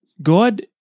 God